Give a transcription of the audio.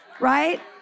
right